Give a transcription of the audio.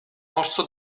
morso